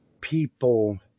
people